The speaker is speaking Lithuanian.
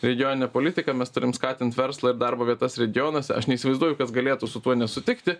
regioninę politiką mes turim skatint verslą ir darbo vietas regionuose aš neįsivaizduoju kas galėtų su tuo nesutikti